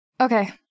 Okay